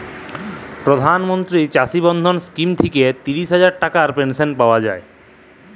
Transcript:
পরধাল মলত্রি চাষী মাল্ধাল ইস্কিম থ্যাইকে তিল হাজার টাকার পেলশল পাউয়া যায়